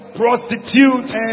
prostitutes